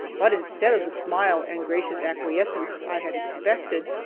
but instead of the smile and gracious acquiescence i had expected,